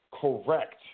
correct